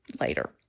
later